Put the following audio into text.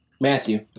Matthew